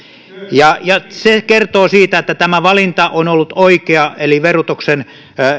ja ja se kertoo siitä että tämä valinta on ollut oikea eli verotuksen